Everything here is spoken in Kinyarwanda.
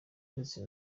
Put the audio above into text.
ndetse